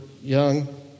young